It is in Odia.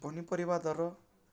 ପନିପରିବା ଦର